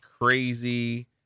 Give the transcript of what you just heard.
crazy